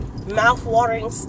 mouth-watering